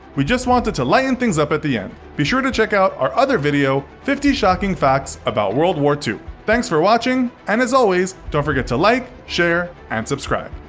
we just wanted to lighten things up at the end. be sure to check out our other video, fifty shocking facts about world war two. thanks for watching and as always, please don't forget to like, share and subscribe.